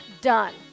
done